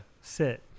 sit